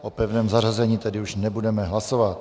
O pevném zařazení tedy již nebudeme hlasovat.